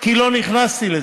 כי לא נכנסתי לזה.